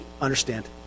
Understand